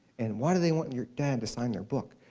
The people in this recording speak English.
and why do they want your dad to sign their book?